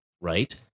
right